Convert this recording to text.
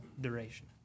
duration